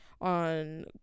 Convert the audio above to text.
on